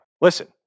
Listen